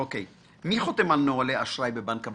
מי חותם על נהלי אשראי בבנק הבינלאומי?